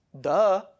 Duh